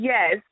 Yes